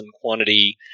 quantity